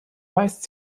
weist